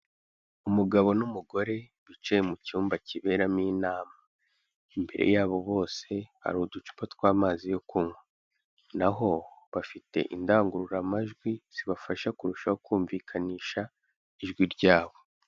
Umugabo n'umugore bicaye mu cyumba kiberamo inama, imbere yabo bose hari uducupa tw'amazi yo kunywa, naho bafite indangururamajwi zibafasha kurushaho kumvikanisha ijwi ryabo.